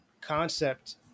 concept